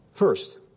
First